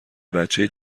بچه